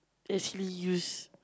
actually use